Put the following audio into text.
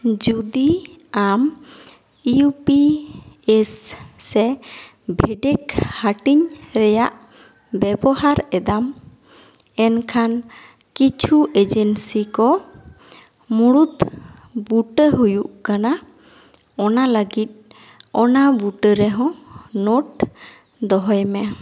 ᱡᱩᱫᱤ ᱟᱢ U P S ᱥᱮ ᱵᱷᱮᱰᱮᱠ ᱦᱟᱹᱴᱤᱧ ᱨᱮᱭᱟᱜ ᱵᱮᱵᱚᱦᱟᱨ ᱮᱫᱟᱢ ᱮᱱᱠᱷᱟᱱ ᱠᱤᱪᱷᱩ ᱮᱡᱮᱱᱥᱤ ᱠᱚ ᱢᱩᱲᱩᱫ ᱵᱩᱴᱟᱹ ᱦᱩᱭᱩᱜ ᱠᱟᱱᱟ ᱚᱱᱟ ᱞᱟᱹᱜᱤᱫ ᱚᱱᱟ ᱵᱩᱴᱟᱹ ᱨᱮ ᱦᱚᱸ ᱱᱳᱴ ᱫᱚᱦᱚᱭ ᱢᱮ